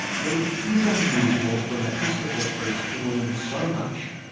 but it is unusual for an episcopal priest to earn so much,